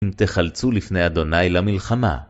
תחלצו לפני אדוני למלחמה.